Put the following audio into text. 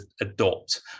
adopt